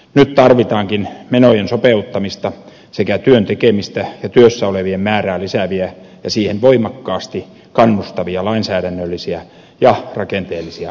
nyt tarvitaankin menojen sopeuttamista sekä työn tekemistä ja työssä olevien määrää lisääviä ja siihen voimakkaasti kannustavia lainsäädännöllisiä ja rakenteellisia uudistuksia